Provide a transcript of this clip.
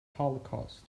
holocaust